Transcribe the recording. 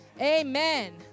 amen